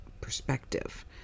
perspective